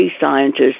scientists